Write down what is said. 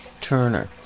Turner